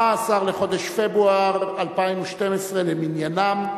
14 בחודש פברואר 2012 למניינם.